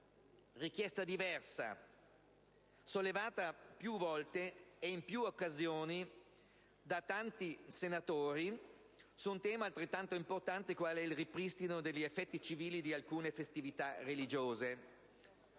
richiesta diversa sollevata più volte, e in più occasioni, da tanti senatori su un tema altrettanto importante, quale il ripristino degli effetti civili di alcune festività religiose.